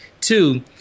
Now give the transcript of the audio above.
Two